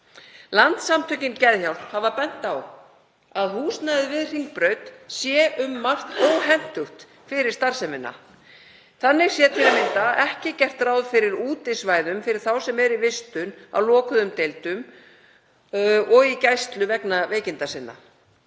Landssamtökin Geðhjálp hafa bent á að húsnæðið við Hringbraut sé um margt óhentugt fyrir starfsemina, þannig sé til að mynda ekki gert ráð fyrir útisvæðum fyrir þá sem eru í vistun á lokuðum deildum og í gæslu vegna veikinda sinna.